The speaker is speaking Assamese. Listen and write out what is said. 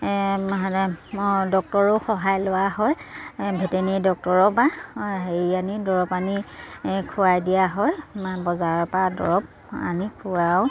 ডক্টৰৰো সহায় লোৱা হয় ভেটেনেৰি ডক্টৰৰ পৰা হেৰি আনি দৰৱ আনি খোৱাই দিয়া হয় বজাৰৰ পৰা দৰৱ আনি খোৱাওঁ